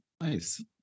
Nice